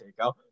takeout